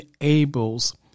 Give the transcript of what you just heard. enables